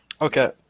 okay